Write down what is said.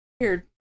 Weird